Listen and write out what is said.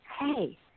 hey